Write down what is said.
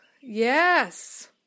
Yes